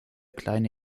kleine